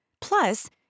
Plus